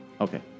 Okay